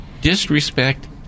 Disrespect